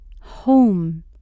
home